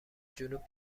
جنوب